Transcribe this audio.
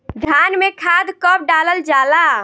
धान में खाद कब डालल जाला?